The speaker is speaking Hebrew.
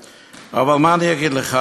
אבל מה אני אגיד לך,